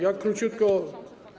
Ja króciutko.